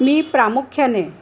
मी प्रामुख्याने